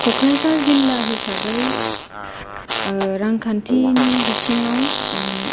क'क्राझार जिल्ला हिसाबै रांखान्थिनि बिथिङाव